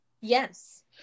Yes